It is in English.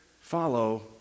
follow